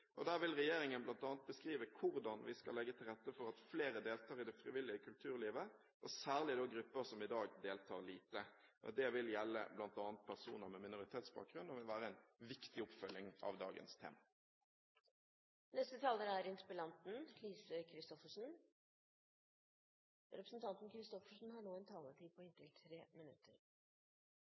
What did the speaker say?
Der vil regjeringen bl.a. beskrive hvordan vi skal legge til rette for at flere deltar i det frivillige kulturlivet, særlig da grupper som i dag deltar lite. Det vil gjelde bl.a. personer med minoritetsbakgrunn, og vil være en viktig oppfølging av dagens tema. Jeg takker statsråden for svaret. Jeg synes det viser at regjeringen allerede er i gang. Jeg synes også at regjeringen nå føyer en